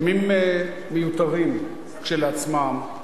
ימים מיותרים כשלעצמם,